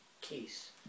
Case